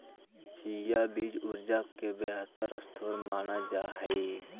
chia बीज ऊर्जा के बेहतर स्रोत मानल जा हई